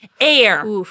air